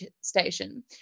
station